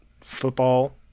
Football